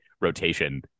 rotation